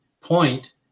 point